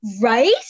Right